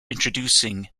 introducing